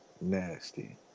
nasty